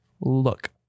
Look